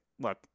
look